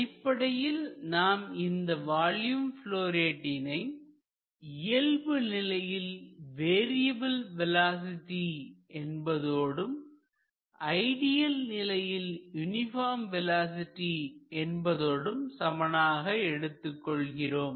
அடிப்படையில் நாம் இந்த வால்யூம் ப்லொ ரேட்டினை இயல்பு நிலையில் வேரியபில் வேலோஸிட்டி என்பதோடும் ஐடியல் நிலையில் யூனிபார்ம் வேலோஸிட்டி என்பதோடும் சமன் ஆக எடுத்துக் கொள்கிறோம்